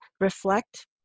reflect